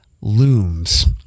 looms